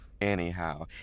anyhow